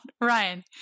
Ryan